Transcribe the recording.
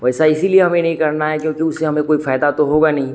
वैसा इसीलिए हमें नहीं करना है क्योंकि उससे हमें कोई फ़यदा तो होगा नहीं